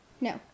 No